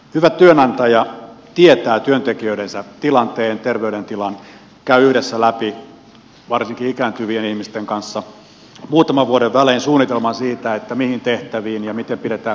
hyvä työnantaja tietää työntekijöidensä tilanteen ja terveydentilan käy yhdessä läpi varsinkin ikääntyvien ihmisten kanssa muutaman vuoden välein suunnitelman siitä mihin tehtäviin hänet sijoitetaan ja miten pidetään kunnosta huolta